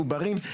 עוברים,